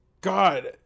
God